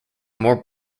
more